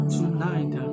tonight